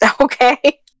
Okay